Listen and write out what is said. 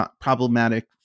problematic